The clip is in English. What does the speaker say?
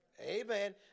Amen